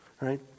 Right